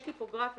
יש לי פה גרף,